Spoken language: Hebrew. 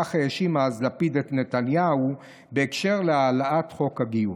האשים אז לפיד את נתניהו בהקשר להעלאת חוק הגיוס.